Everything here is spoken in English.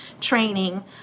training